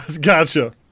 Gotcha